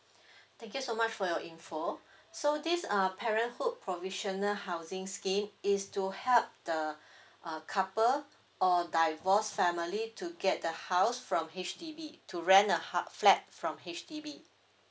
thank you so much for your info so this err parenthood provisional housing scheme is to help the err couple or divorced family to get the house from H_D_B to rent a hou~ flat from H_D_B